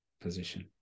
position